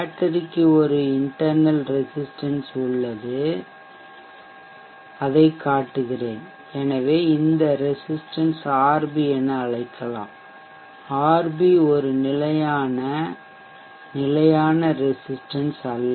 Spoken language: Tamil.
பேட்டரிக்கு ஒரு இன்டடெர்னல் ரெசிஷ்டன்ஷ் உள்ளது அதைக் காட்டுகிறேன் எனவே இந்த ரெசிஷ்டன்ஷ் RB என அழைக்கலாம் RB ஒரு நிலையான நிலையான ரெசிஷ்டன்ஷ் அல்ல